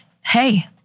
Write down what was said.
hey